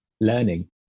learning